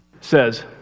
says